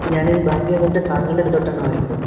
ഇപ്പം ഞാൻ ഇത് ബാങ്കിൽ വന്നിട്ട് താങ്കളുടെ അടുത്തോട്ടാണോ വരേണ്ടത്